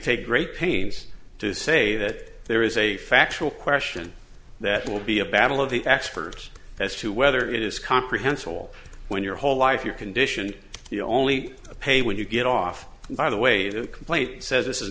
take great pains to say that there is a factual question that will be a battle of the experts as to whether it is comprehensible when your whole life your condition the only pay when you get off by the way the complaint says this is